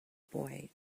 boy